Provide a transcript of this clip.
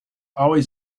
always